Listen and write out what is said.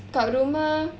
kat rumah